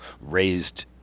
raised